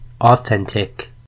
Authentic